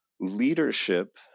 leadership